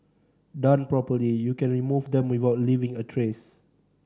done properly you can remove them without leaving a trace